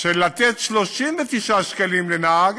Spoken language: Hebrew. של 39 שקלים לנהג